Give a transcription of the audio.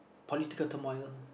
political turmoil